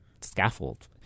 scaffold